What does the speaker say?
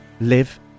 live